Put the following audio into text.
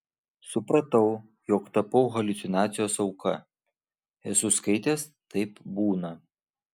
supratau jog tapau haliucinacijos auka esu skaitęs taip būna